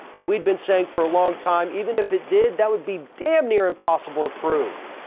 and we'd been saying for a long time, even if it did, that would be damn near impossible to prove.